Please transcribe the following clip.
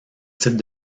titre